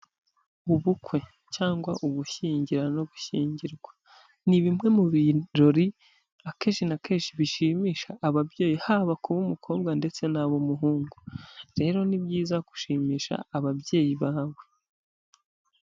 Mu bukwe cyangwa ugushyingira no gushyingirwa, ni bimwe mu birori akenshi na kenshi bishimisha ababyeyi, haba ku bo kumukobwa ndetse nabo ku muhungu, rero ni byiza gushimisha ababyeyi bawe.